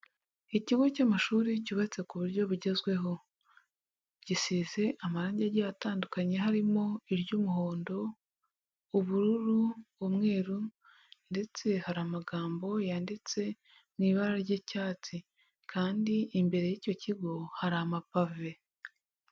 Ikigo cy'amashuri cyubatse ku buryo bugezweho, gisize amarange agiye atandukanye harimo iry'umuhondo, ubururu, umweru ndetse hari amagambo yanditse mu ibara ry'icyatsi kandi imbere y'icyo kigo hari amapave.